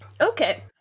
Okay